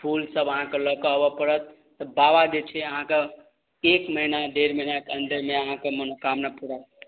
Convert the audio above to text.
फूल सब अहाँके लऽ कऽ आबऽ पड़त तऽ बाबा जे छै अहाँकऽ एक महिना डेढ़ महिनाक अन्दर मे अहाँके मनोकामना पूरा